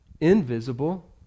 invisible